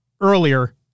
earlier